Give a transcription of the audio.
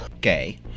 gay